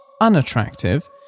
unattractive